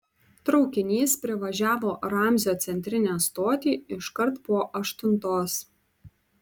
traukinys privažiavo ramzio centrinę stotį iškart po aštuntos